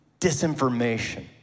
disinformation